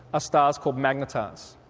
stars called magnetars,